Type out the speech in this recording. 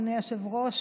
אדוני היושב-ראש,